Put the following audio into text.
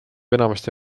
enamasti